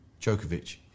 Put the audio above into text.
Djokovic